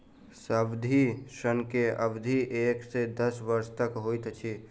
सावधि ऋण के अवधि एक से दस वर्ष तक होइत अछि